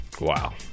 Wow